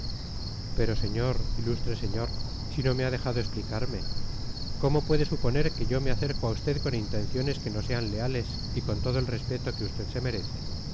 pero señor ilustre señor si no me ha dejado explicarme cómo puede suponer que yo me acerco a usted con intenciones que no sean leales y con todo el respeto que usted se merece